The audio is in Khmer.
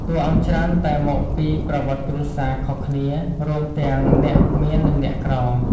តួអង្គច្រើនតែមកពី ប្រវត្តិគ្រួសារ ខុសគ្នា រួមទាំងអ្នកមាននិងអ្នកក្រ។